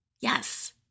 Yes